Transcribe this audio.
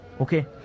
okay